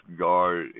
guard